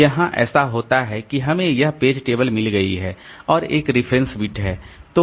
तो यहां ऐसा होता है कि हमें यह पेज टेबल मिल गई है और एक रेफरेंस बिट है